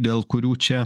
dėl kurių čia